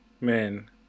Man